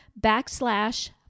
backslash